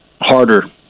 harder